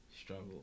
struggle